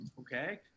okay